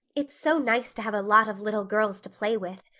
it's so nice to have a lot of little girls to play with.